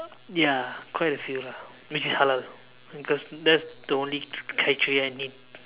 ya quite a few lah make sure is halal because that's the only criteria I need